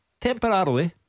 Temporarily